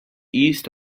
east